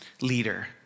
leader